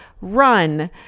run